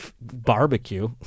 barbecue